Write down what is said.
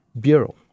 Bureau